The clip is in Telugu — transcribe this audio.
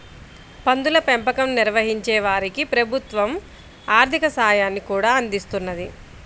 పందుల పెంపకం నిర్వహించే వారికి ప్రభుత్వం ఆర్ధిక సాయాన్ని కూడా అందిస్తున్నది